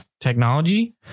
technology